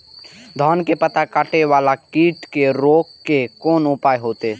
धान के पत्ता कटे वाला कीट के रोक के कोन उपाय होते?